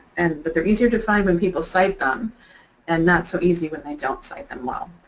and but they're easier to find when people cite them and not so easy when they don't cite them well.